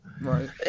Right